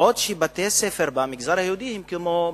בעוד שבתי-ספר במגזר היהודי הם כמו מבצרים.